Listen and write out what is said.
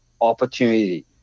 opportunity